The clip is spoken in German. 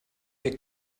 wir